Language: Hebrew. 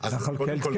קודם כל,